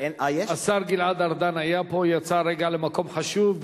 השר גלעד ארדן היה פה, יצא רגע למקום חשוב.